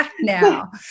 now